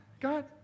God